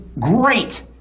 great